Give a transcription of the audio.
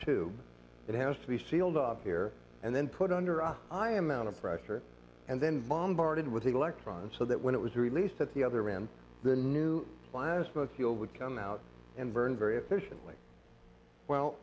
tube it has to be sealed up here and then put under i am out of pressure and then bombarded with electrons so that when it was released at the other man the new plasma seal would come out and burn very efficiently well